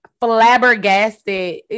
flabbergasted